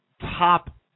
top